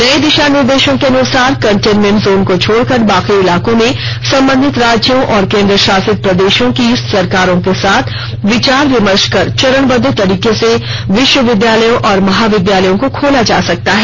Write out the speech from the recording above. नये दिशा निर्देशों के अनुसार कंटेनमेंट जोन को छोड़कर बाकी इलाकों में संबंधित राज्यों और केन्द्रशासित प्रदेशों की सरकारों के साथ विचार विमर्श कर चरणबद्व तरीके से विश्वविद्यालयों और महाविद्यालयों को खोला जा सकता है